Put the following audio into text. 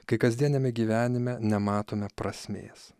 kai kasdieniame gyvenime nematome prasmės